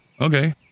Okay